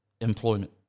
employment